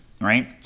right